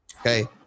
okay